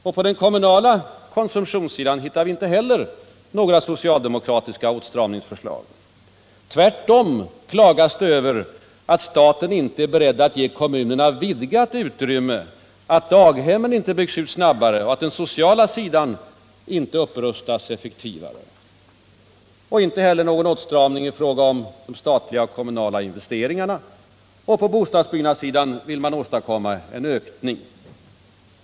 Och på den kommunala konsumtionssidan hittar vi inte heller några socialdemokratiska åtstramningsförslag. Tvärtom klagas det över att staten inte är beredd att ge kommunerna vidgat utrymme, att daghemmen inte byggs ut snabbare och att den sociala sidan inte upprustas effektivare. Inte heller föreslår socialdemokraterna någon åtstramning i fråga om de statliga och kommunala investeringarna. Och på bostadsbyggnadssidan vill man åstadkomma en ökning.